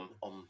on